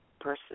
person